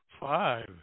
five